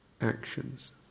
actions